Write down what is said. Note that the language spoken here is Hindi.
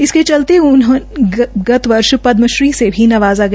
इसके चलते उन्हें गत वर्ष पदमश्री ने नवाजा गया